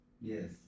Yes